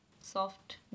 soft